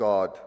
God